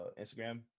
instagram